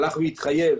התחייב